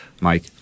Mike